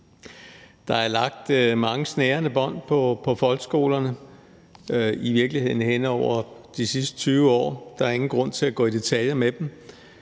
lagt mange snærende bånd på folkeskolerne hen over de sidste 20 år, og der er ingen grund til at gå i detaljer med dem,